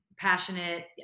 passionate